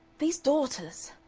these daughters!